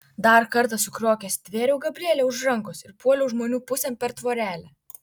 dar kartą sukriokęs stvėriau gabrielę už rankos ir puoliau žmonių pusėn per tvorelę